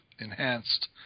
enhanced